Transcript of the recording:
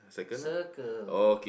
circle